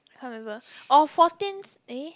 can't remember or fourteenth eh